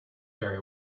very